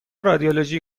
رادیولوژی